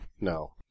No